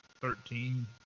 Thirteen